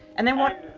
and then what,